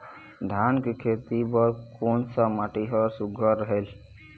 धान के खेती बर कोन सा माटी हर सुघ्घर रहेल?